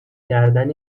کردن